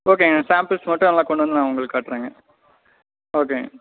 ஓகேங்க சாம்பிள்ஸ் மட்டும் எல்லாம் கொண்டு வந்து நான் உங்களுக்கு காட்டுறேங்க ஓகேங்க